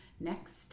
next